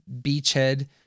beachhead